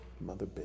Mother